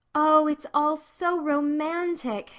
oh, it's all so romantic,